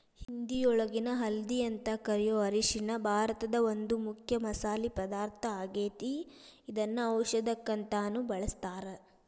ಹಿಂದಿಯೊಳಗ ಹಲ್ದಿ ಅಂತ ಕರಿಯೋ ಅರಿಶಿನ ಭಾರತದ ಒಂದು ಮುಖ್ಯ ಮಸಾಲಿ ಪದಾರ್ಥ ಆಗೇತಿ, ಇದನ್ನ ಔಷದಕ್ಕಂತಾನು ಬಳಸ್ತಾರ